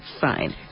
fine